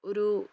ഒരൂ